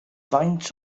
faint